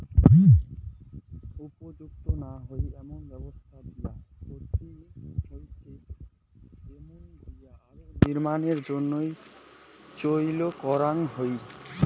উপযুক্ত না হই এমন ব্যবস্থা দিয়া ক্ষতি হইচে এমুন ভুঁই আরো নির্মাণের জইন্যে চইল করাঙ হই